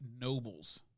nobles